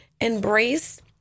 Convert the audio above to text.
embrace